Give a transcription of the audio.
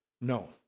No